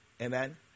amen